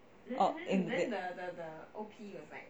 oh